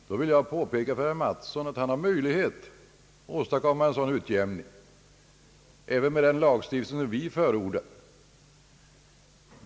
Jag vill då påpeka för herr Mattsson att han har möjlighet till att åstadkomma en sådan utjämning även med den lagstiftning som vi förordar.